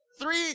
Three